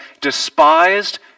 despised